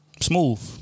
Smooth